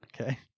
Okay